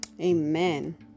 amen